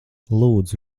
lūdzu